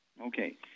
Okay